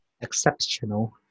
Exceptional